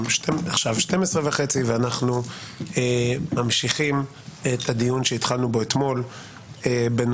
עכשיו השעה 12:30 ואנחנו ממשיכים את הדיון שהתחלנו בו אתמול בנושא: